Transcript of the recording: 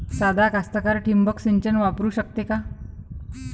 सादा कास्तकार ठिंबक सिंचन वापरू शकते का?